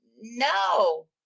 no